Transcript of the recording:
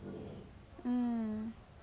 hmm